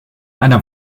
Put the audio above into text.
eine